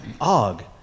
Og